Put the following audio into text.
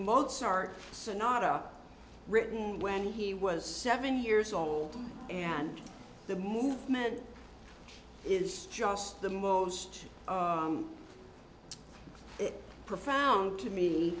sonata written when he was seven years old and the movement is just the most profound to me